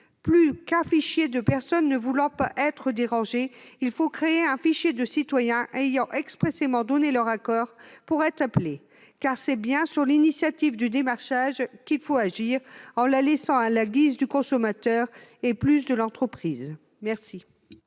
Plutôt qu'un fichier de personnes ne voulant pas être dérangées, il importe de créer un fichier de citoyens ayant expressément donné leur accord pour être appelés, car c'est bien sur l'initiative du démarchage qu'il faut agir, en la laissant à la main du consommateur, et non plus de l'entreprise. La